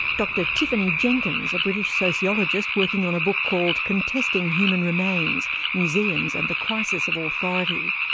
dr tiffany jenkins a british sociologist working on a book called contesting human remains museums and the crisis of authority.